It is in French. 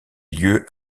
lieu